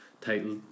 title